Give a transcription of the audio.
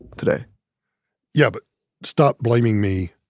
today yeah, but stop blaming me.